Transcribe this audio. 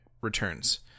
Returns